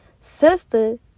sister